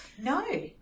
no